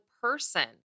person